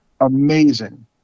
Amazing